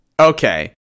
Okay